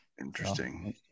interesting